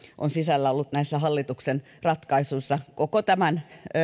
on ollut näissä hallituksen ratkaisuissa sisällä koko tämän